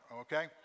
okay